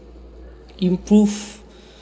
improve